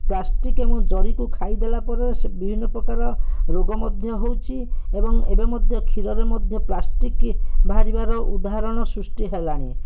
plastic ଏବଂ ଜରିକୁ ଖାଇଦେଲା ପରେ ବିଭିନ୍ନପ୍ରକାର ରୋଗ ମଧ୍ୟ ହେଉଛି ଏବଂ ଏବେ ମଧ୍ୟ କ୍ଷୀରରେ ମଧ୍ୟ ପ୍ଲାଷ୍ଟିକ୍ ବାହାରିବାର ଉଦାହରଣ ସୃଷ୍ଟି ହେଲାଣି